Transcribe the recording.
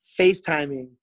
facetiming